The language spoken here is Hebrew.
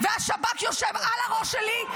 והשב"כ יושב על הראש שלי,